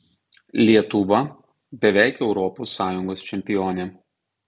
lietuva beveik europos sąjungos čempionė